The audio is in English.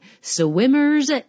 swimmer's